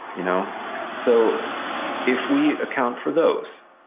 you know so if we account for those,